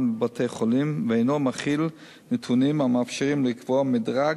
בבתי-החולים ואינו מכיל נתונים המאפשרים לקבוע מדרג